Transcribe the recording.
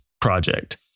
project